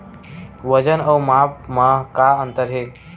वजन अउ माप म का अंतर हे?